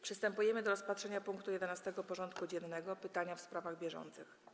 Przystępujemy do rozpatrzenia punktu 11. porządku dziennego: Pytania w sprawach bieżących.